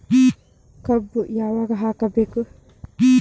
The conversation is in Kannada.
ಕಬ್ಬು ಯಾವಾಗ ಹಾಕಬೇಕು?